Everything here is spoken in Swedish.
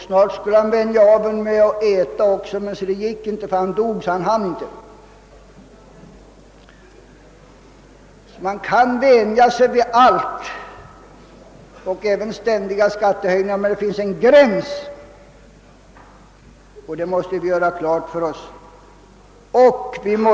Så skulle han vänja hästen av med att äta också, men se det gick inte, ty hästen dog dessförinnan. Man kan vänja sig vid allt och även vid ständiga skattehöjningar, men det finns en gräns. Det måste vi göra klart för oss.